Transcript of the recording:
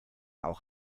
auch